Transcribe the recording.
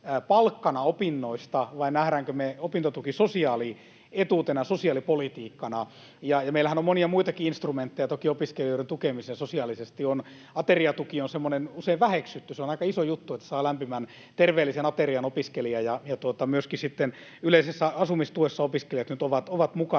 palkkana opinnoista vai nähdäänkö me opintotuki sosiaalietuutena, sosiaalipolitiikkana. Meillähän on monia muitakin instrumentteja toki opiskelijoiden tukemiseen sosiaalisesti — ateriatuki on semmoinen usein väheksytty, se on aika iso juttu, että opiskelija saa lämpimän, terveellisen aterian, ja myöskin sitten yleisessä asumistuessa opiskelijat nyt ovat mukana